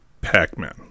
Pac-Man